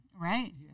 Right